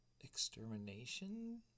extermination